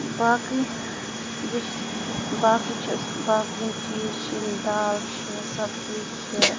باقٕے یُس باقٕے چھِ أسۍ باقٕے یِم چیٖز چھِ دال چھِ سبزی چھِ